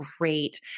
great